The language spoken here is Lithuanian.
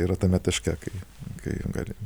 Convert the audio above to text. yra tame taške kai kai gali